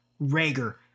Rager